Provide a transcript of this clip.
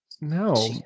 No